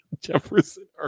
Jefferson